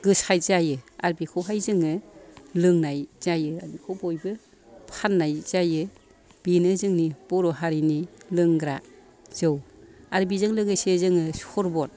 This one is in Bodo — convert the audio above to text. गोसाय जायो आरो बेखौहाय जोङो लोंनाय जायो बेखौ बयबो फाननाय जायो बेनो जोंनि बर' हारिनि लोंग्रा जौ आरो बेजों लोगोसे जोङो सरबद